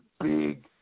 big